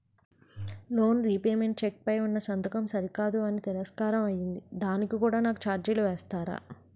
Loan repayment cheque పై ఉన్నా సంతకం సరికాదు అని తిరస్కారం అయ్యింది దానికి కూడా నాకు ఛార్జీలు వేస్తారా?